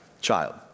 Child